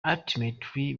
ultimately